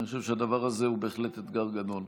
אני חושב שהדבר הזה הוא בהחלט אתגר גדול.